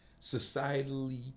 societally